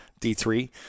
D3